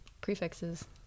prefixes